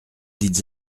dites